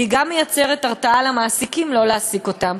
והיא גם מייצרת הרתעה למעסיקים לא להעסיק אותם.